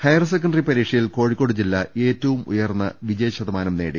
higher secondary പരീക്ഷയിൽ കോഴിക്കോട് ജില്ല ഏറ്റവും ഉയർന്ന വിജയ ശതമാനം നേടി